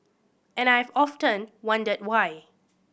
and I have often wondered why